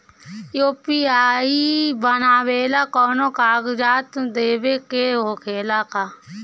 UPI बनावेला कौनो कागजात देवे के होखेला का?